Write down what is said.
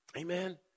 Amen